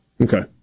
Okay